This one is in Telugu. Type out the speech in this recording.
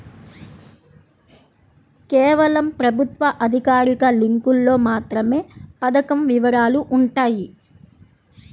కేవలం ప్రభుత్వ అధికారిక లింకులో మాత్రమే పథకం వివరాలు వుంటయ్యి